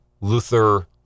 Luther